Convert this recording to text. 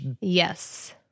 yes